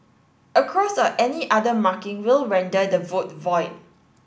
a cross or any other marking will render the vote void